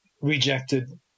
rejected